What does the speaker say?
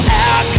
out